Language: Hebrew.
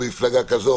מפלגה כזו,